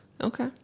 Okay